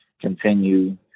continue